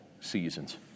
seasons